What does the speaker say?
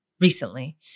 recently